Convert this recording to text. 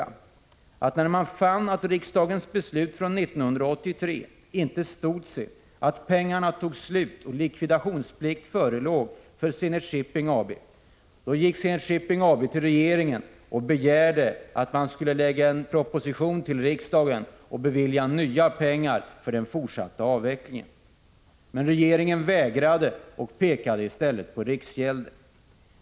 När man på Zenit Shipping AB fann att riksdagens beslut från 1983 inte stod sig, att pengarna tog slut och likvidationsplikt förelåg, gick företrädare för Zenit Shipping AB till regeringen och begärde att man skulle lägga fram en proposition till riksdagen och bevilja nya pengar för den fortsatta avvecklingen. Men regeringen vägrade och pekade i stället på riksgälden.